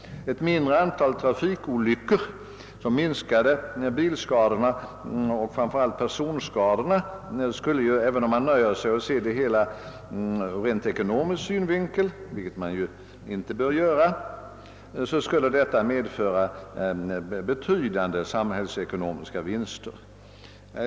Ett mindre antal trafikolyckor med därav följande minskning av bilskadorna och framför allt av personskadorna skulle — om man nu nöjer sig med att blott se det hela ur rent ekonomisk synvinkel, vilket man inte bör göra — medföra betydande samhällsekonomiska vinster.